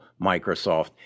Microsoft